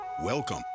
Welcome